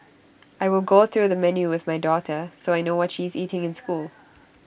I will go through the menu with my daughter so I know what she is eating in school